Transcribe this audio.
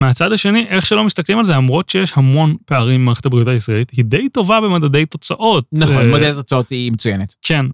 מהצד השני, איך שלא מסתכלים על זה, למרות שיש המון פערים במערכת הבריאות הישראלית, היא די טובה במדדי תוצאות. נכון, מדדי תוצאות היא מצוינת. כן.